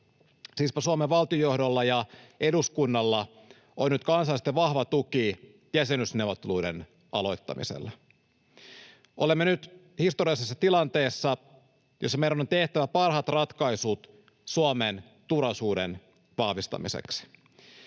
Siispä Suomen valtiojohdolla ja eduskunnalla on nyt kansalaisten vahva tuki jäsenyysneuvotteluiden aloittamiselle. Olemme nyt historiallisessa tilanteessa, jossa meidän on tehtävä parhaat ratkaisut Suomen turvallisuuden vahvistamiseksi.